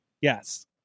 Yes